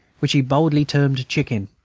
which he boldly termed chicken